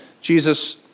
Jesus